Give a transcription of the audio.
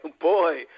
Boy